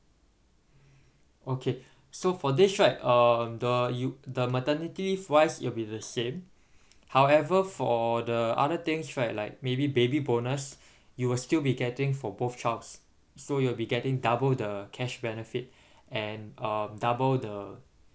okay so for this right uh the you the maternity leave wise it'll be the same however for the other things right like maybe baby bonus you will still be getting for both childs so you'll be getting double the cash benefit and um double the